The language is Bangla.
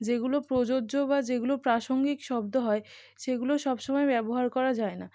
যেগুলো প্রযোজ্য বা যেগুলো প্রাসঙ্গিক শব্দ হয় সেগুলো সবসময় ব্যবহার করা যায় না